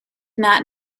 not